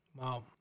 Wow